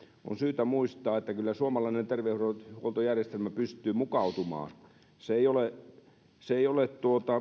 on syytä muistaa että kyllä suomalainen terveydenhuoltojärjestelmä pystyy mukautumaan se ei ole